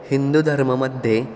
हिन्दुधर्ममध्ये